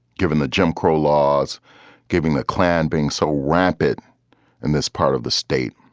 given the jim crow laws giving the klan being so rapid in this part of the state.